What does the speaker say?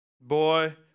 Boy